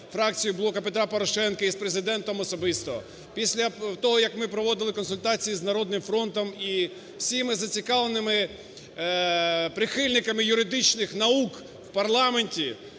фракцією "Блоку Петра Порошенка" і з Президентом особисто, після того, як ми проводили консультації з "Народним фронтом" і всіма зацікавленими прихильниками юридичних наук в парламенті,